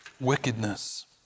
wickedness